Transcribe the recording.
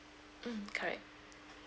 mm correct